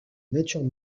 natures